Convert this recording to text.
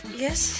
Yes